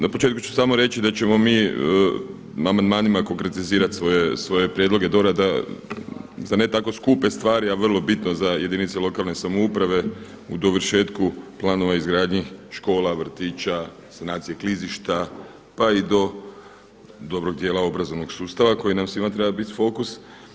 Na početku ću samo reći da ćemo mi amandmanima konkretizirati svoje prijedloge dorada za ne tako skupe stvari, a vrlo bitno za jedinice lokalne samouprave u dovršetku planova izgradnji škola, vrtića, sanacije klizišta pa i do dobrog dijela obrazovnog sustava koji nam svima treba biti fokus.